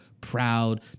proud